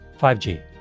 5G